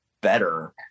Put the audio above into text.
better